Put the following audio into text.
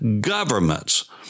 governments